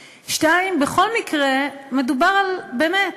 2. בכל מקרה מדובר על באמת,